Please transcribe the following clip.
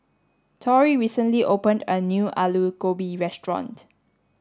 Torrie recently opened a new Alu Gobi restaurant